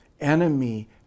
enemy